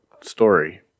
story